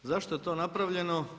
Zašto je to napravljeno?